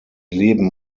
leben